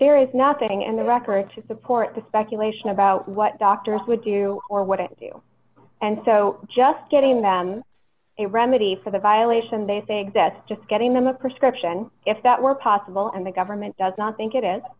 there is nothing in the record to support the speculation about what doctors would do or what it do and so just getting them a remedy for the violation they think that's just getting them a prescription if that were possible and the government does not think it